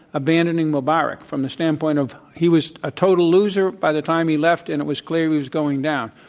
abandoning mubarak, from the standpoint of he was a total loser by the time he left, and it was clear he was going down.